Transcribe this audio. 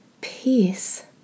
peace